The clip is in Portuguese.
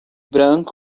branco